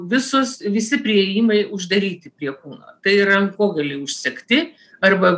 visos visi priėjimai uždaryti prie kūno tai rankogaliai užsegti arba